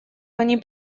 они